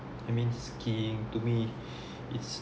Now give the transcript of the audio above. I mean skiing to me it's